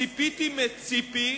ציפיתי מציפי